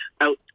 out